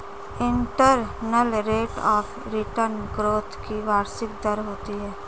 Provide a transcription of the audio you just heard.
internal rate of return growth की वार्षिक दर होती है